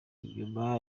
inyuma